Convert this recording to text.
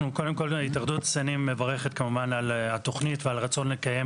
התאחדות התעשיינים מברכת על התוכנית ועל הרצון לקיים